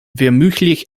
vermutlich